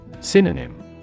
Synonym